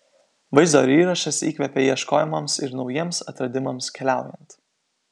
vaizdo įrašas įkvepia ieškojimams ir naujiems atradimams keliaujant